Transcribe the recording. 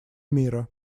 мира